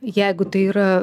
jeigu tai yra